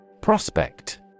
Prospect